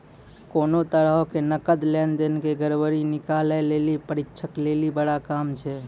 कोनो तरहो के नकद लेन देन के गड़बड़ी निकालनाय लेखा परीक्षक लेली बड़ा काम छै